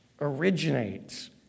originates